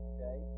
Okay